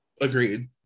Agreed